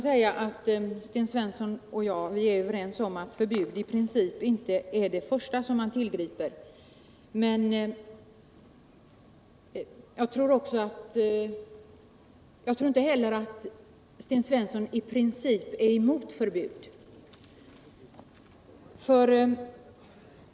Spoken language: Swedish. Sten Svensson och jag är nog överens om att förbud i princip inte är det första som man tillgriper, men jag tror att Sven Svensson inte heller i princip är emot förbud.